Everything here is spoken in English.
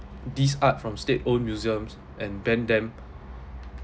these art from state-owned museums and ban them